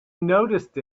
noticed